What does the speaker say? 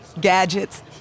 gadgets